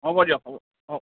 হ'ব দিয়ক হ'ব হ'ব